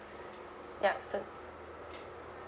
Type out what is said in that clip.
ya so